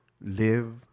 live